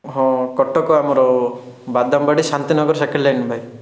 ହଁ କଟକ ଆମର Badambadi Shantinagar second line ଭାଇ